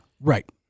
Right